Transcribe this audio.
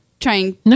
trying